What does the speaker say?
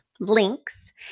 links